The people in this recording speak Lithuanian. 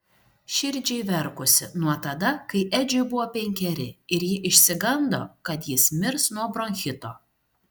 širdžiai verkusi nuo tada kai edžiui buvo penkeri ir ji išsigando kad jis mirs nuo bronchito